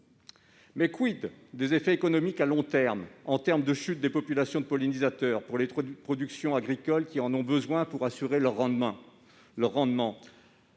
ailleurs, des effets économiques à long terme de la chute des populations de pollinisateurs sur les productions agricoles qui en ont besoin pour assurer leur rendement ?